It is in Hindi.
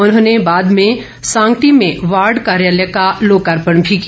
उन्होंने बाद भे सांगटी में वार्ड कार्यालय का लोकार्पण भी किया